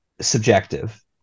subjective